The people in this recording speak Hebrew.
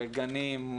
גנים,